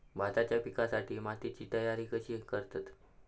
भाताच्या पिकासाठी मातीची तयारी कशी करतत?